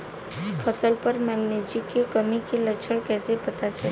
फसल पर मैगनीज के कमी के लक्षण कईसे पता चली?